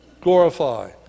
glorify